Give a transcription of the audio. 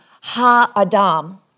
ha-adam